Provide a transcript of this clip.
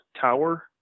tower